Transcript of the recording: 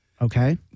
Okay